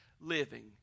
living